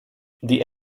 die